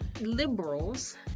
liberals